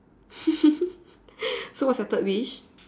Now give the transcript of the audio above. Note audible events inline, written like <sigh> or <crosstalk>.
<laughs> so what's your third wish